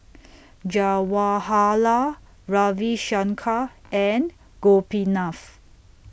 Jawaharlal Ravi Shankar and Gopinath